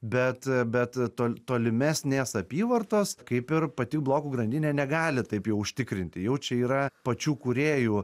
bet bet to tolimesnės apyvartos kaip ir pati blokų grandinė negali taip jau užtikrinti jau čia yra pačių kūrėjų